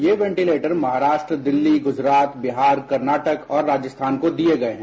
ये वेंटिलेटर महाराष्ट्र दिल्ली गुजरात बिहार कर्नाटक और राजस्थान को दिये गये हैं